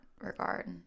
regard